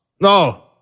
No